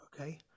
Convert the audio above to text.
okay